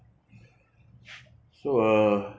so uh